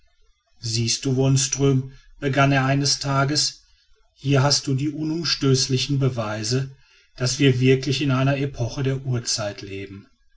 siehst du wonström begann er eines tages hier hast du die unumstößlichen beweise daß wir wirklich in einer epoche der urzeit leben